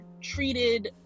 treated